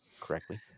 correctly